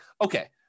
okay